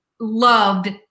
loved